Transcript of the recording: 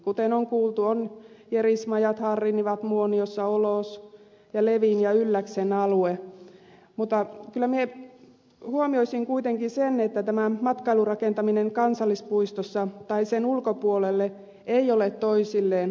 kuten on kuultu on jerismajat harrinivat muoniossa olos ja levin ja ylläksen alue mutta kyllä minä huomioisin kuitenkin sen että tämä matkailurakentaminen kansallispuistossa ja sen ulkopuolelle eivät ole toisilleen vaihtoehtoisia ratkaisuja